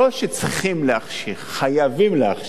לא שצריכים להחשיך, חייבים להחשיך.